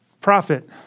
profit